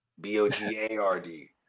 B-O-G-A-R-D